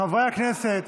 חברי הכנסת,